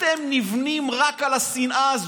אתם נבנים רק על השנאה הזו.